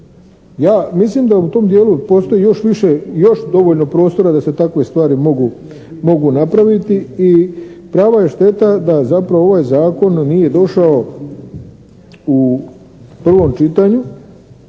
Ja mislim da u tom dijelu postoji još više i još dovoljno prostora da se takve stvari mogu napraviti i prava je šteta da zapravo ovaj zakon nije došao u prvom čitanju